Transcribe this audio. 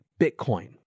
Bitcoin